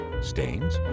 stains